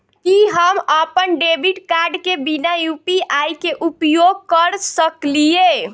की हम अप्पन debit card केँ बिना यु.पी.आई केँ उपयोग करऽ सकलिये?